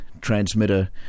transmitter